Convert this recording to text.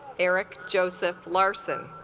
eric joseph larsen